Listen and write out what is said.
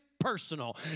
personal